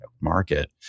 market